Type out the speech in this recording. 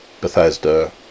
Bethesda